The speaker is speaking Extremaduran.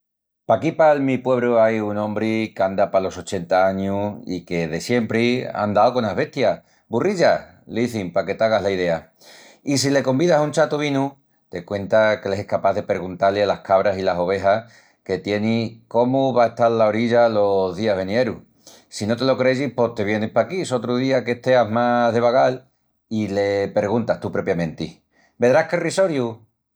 Paquí pal mi puebru ai un ombri qu'anda palos ochenta añus i que de siempri á andau conas bestias. Burrilla, l'izin paque te hagas la idea. I si le convidas a un chatu vinu te cuenta que él es escapás de perguntá-li alas cabras i las ovejas que tieni cómu va a estal la orilla los días venierus. Si no te lo creyis pos te vienis paquí sotru día que esteas más de vagal i le perguntas tú propiamenti. Vedrás qué risoriu!